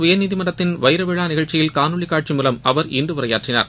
உயர்நீதிமன்றத்தின் வைரவிழா நிகழ்ச்சியில் காணொலி காட்சி மூலம் அவர் குஐராத் இன்று உரையாற்றினார்